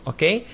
Okay